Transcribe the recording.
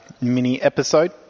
mini-episode